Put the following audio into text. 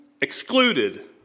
excluded